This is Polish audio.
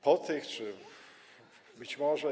Po tych, czy być może.